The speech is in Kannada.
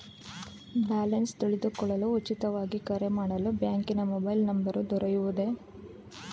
ಬ್ಯಾಲೆನ್ಸ್ ತಿಳಿದುಕೊಳ್ಳಲು ಉಚಿತವಾಗಿ ಕರೆ ಮಾಡಲು ಬ್ಯಾಂಕಿನ ಮೊಬೈಲ್ ನಂಬರ್ ದೊರೆಯುವುದೇ?